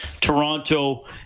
Toronto